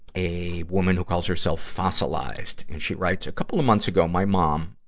a woman who calls herself fossilized. and she writes, a couple of months ago, my mom,